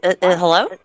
Hello